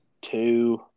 Two